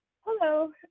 Hello